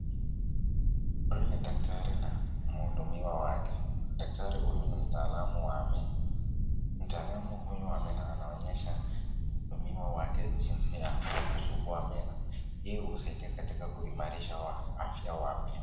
Huyu ni daktari na mhudumiwa wake, daktari huyu ni mtaalamu wa meno. Mtaalamu huyu wa meno anaonyesha mhudumiwa wake jinsi ya kusugua meno, hii husaidia katika kuimarisha afya ya meno.